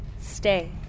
stay